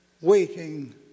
waiting